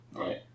Right